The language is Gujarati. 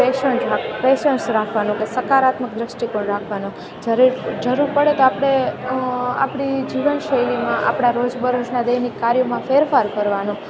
પેશન્ટ રાખવા પેસન્સ રાખવાનો કે સકારાત્મક દૃષ્ટિકોણ રાખવાનો જ્યારે જરૂર પડે તો આપણે આપણી જીવનશૈલીમાં આપણા રોજબરોજના દૈનિક કાર્યોમાં ફેરફાર કરવાનો